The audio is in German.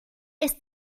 ist